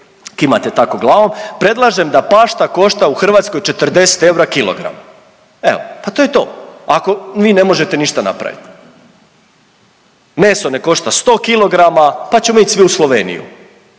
kimate tako glavom, predlažem da pašta košta u Hrvatskoj 40 eura kilogram, evo pa to je to ako vi ne možete ništa napraviti. Meso nek košta 100 kilograma pa ćemo ići svi u Sloveniju